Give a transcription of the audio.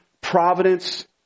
providence